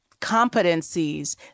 competencies